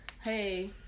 hey